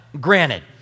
granted